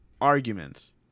arguments